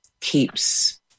keeps